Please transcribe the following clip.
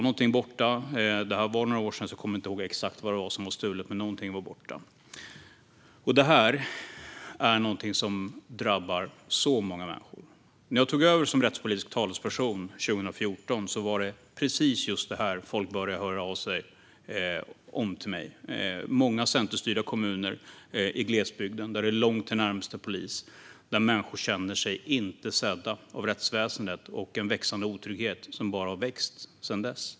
Någonting var borta. Det här hände för några år sedan, så jag kommer inte ihåg exakt vad som var stulet. Detta drabbar så många människor. När jag tog över som rättspolitisk talesperson 2014 var det precis just om sådana här händelser som folk började höra av sig till mig. Det är fråga om många centerstyrda kommuner i glesbygden där det är långt till närmaste polis och där människor inte känner sig sedda av rättsväsendet. Otryggheten har vuxit sedan dess.